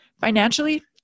Financially